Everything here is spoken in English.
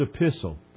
epistle